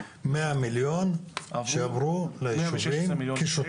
מאה מיליון שעברו לישובים כשוטף.